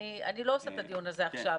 אני לא עושה את הדיון הזה עכשיו.